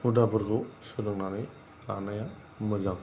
हुदाफोरखौ सोलोंनानै लानाया मोजां